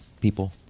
people